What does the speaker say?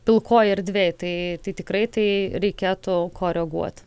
pilkoj erdvėj tai tai tikrai tai reikėtų koreguoti